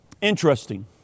Interesting